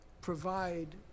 provide